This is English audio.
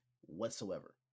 whatsoever